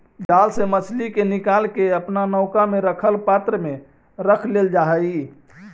जाल से मछली के निकालके अपना नौका में रखल पात्र में रख लेल जा हई